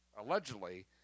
allegedly